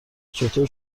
چطور